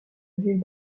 ville